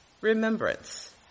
remembrance